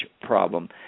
problem